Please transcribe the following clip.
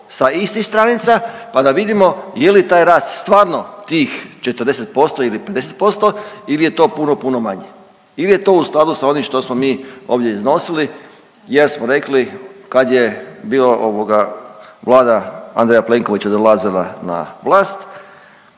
sa istih stranica pa da vidimo je li taj rast stvarno tih 40% ili 50% ili je to puno, puno manje ili je to u skladu sa onim što smo mi ovdje iznosili jer smo rekli kad je bilo ovoga Vlada Andreja Plenkovića dolazila na vlast